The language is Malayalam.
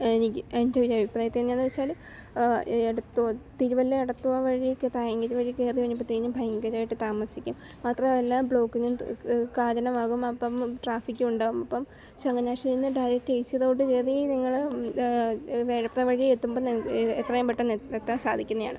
എനിക്ക് എൻറ്റൊരഭിപ്രായത്തിലെന്താണെന്ന് വെച്ചാൽ എടത്ത്വ തിരുവല്ല എടത്ത്വാ വഴിക്കു തായങ്കരി വഴി കയറി വരുമ്പോഴത്തേനും ഭയങ്കരമായിട്ടു താമസിക്കും മാത്രമല്ല ബ്ലോക്കിനും കാരണമാകും അപ്പം ട്രാഫിക്കുണ്ടാകും അപ്പം ചങ്ങനാശ്ശേരിയിൽ നിന്നു ഡയറക്റ്റ് എ സി റോഡ് കയറി നിങ്ങൾ വേഴപ്ര വഴിയെത്തുമ്പോൾ നിങ് എത്രയും പെട്ടെന്ന് എത്താൻ സാധിക്കുന്നതാണ്